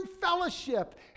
fellowship